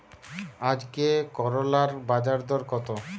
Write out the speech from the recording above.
আজকে করলার বাজারদর কত?